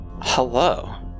Hello